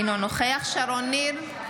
אינו נוכח שרון ניר,